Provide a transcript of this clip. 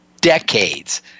decades